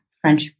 French